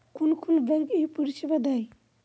কোন কোন ব্যাঙ্ক এই পরিষেবা দেয়?